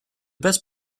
best